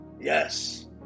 Yes